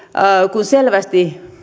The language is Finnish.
kun selvästi